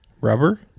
rubber